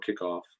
kickoff